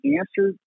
answer